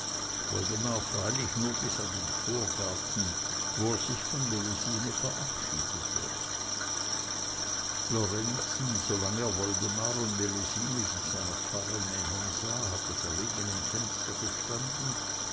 woldemar freilich nur bis an den vorgarten wo er sich von melusine verabschiedete lorenzen solang er woldemar und melusine sich seiner pfarre nähern sah hatte verlegen am fenster gestanden